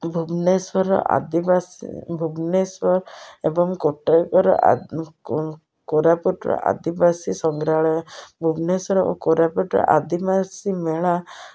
ଭୁବନେଶ୍ୱର ଆଦିବାସୀ ଭୁବନେଶ୍ୱର ଏବଂ କଟକର କୋରାପୁଟର ଆଦିବାସୀ ସଂଗ୍ରହାଳୟ ଭୁବନେଶ୍ୱର ଓ କୋରାପୁଟର ଆଦିବାସୀ ମେଳା